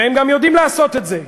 והם גם יודעים לעשות את זה,